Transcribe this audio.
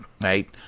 right